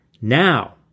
Now